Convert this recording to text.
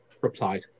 Replied